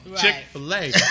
Chick-fil-A